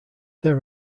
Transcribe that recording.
there